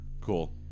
Cool